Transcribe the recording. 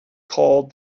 called